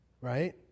right